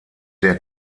der